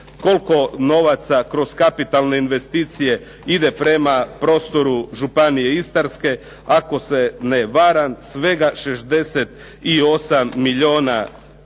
koliko novaca kroz kapitalne investicije ide prema prostoru Županije istarske. Ako se ne varam svega 68 milijuna